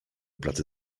pracy